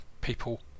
people